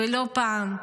ולא פעם.